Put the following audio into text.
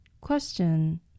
Question